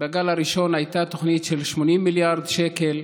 בגל הראשון הייתה תוכנית של 80 מיליארד שקל,